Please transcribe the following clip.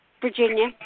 Virginia